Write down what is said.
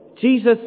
Jesus